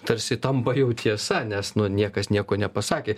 tarsi tampa jau tiesa nes nu niekas nieko nepasakė